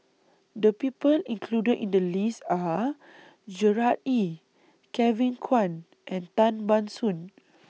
The People included in The list Are Gerard Ee Kevin Kwan and Tan Ban Soon